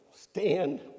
stand